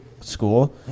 school